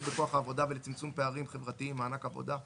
בכוח העבודה ולצמצום פערים חברתיים (מענק עבודה),